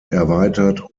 erweitert